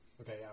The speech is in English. Okay